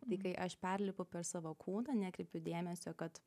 tai kai aš perlipu per savo kūną nekreipiu dėmesio kad